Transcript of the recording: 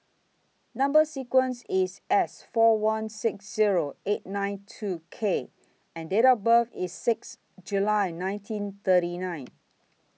Number sequence IS S four one six Zero eight nine two K and Date of birth IS six July nineteen thirty nine